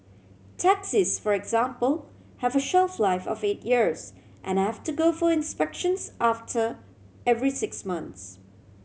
taxis for example have a shelf life of eight years and have to go for inspections after every six months